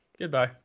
Goodbye